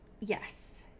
Yes